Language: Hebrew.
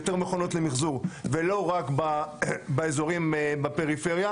יותר מכונות למחזור ולא רק באזורים בפריפריה.